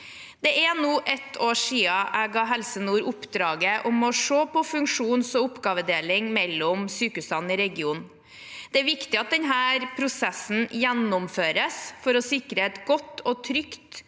Det er nå ett år siden jeg ga Helse Nord oppdraget om å se på funksjons- og oppgavedeling mellom sykehusene i regionen. Det er viktig at denne prosessen gjennomføres for å sikre et godt og trygt